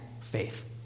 faith